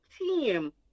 team